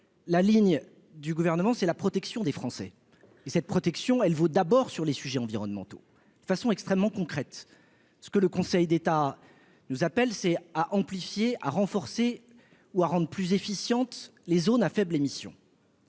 la ligne du gouvernement c'est la protection des Français, cette protection, elle vaut d'abord sur les sujets environnementaux de façon extrêmement concrètes, ce que le Conseil d'État nous appelle, c'est à amplifier, a renforcé ou à rendre plus efficiente les zones à faibles émissions.